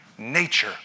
Nature